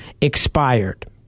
expired